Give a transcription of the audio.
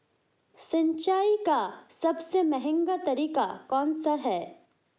सिंचाई का सबसे महंगा तरीका कौन सा है?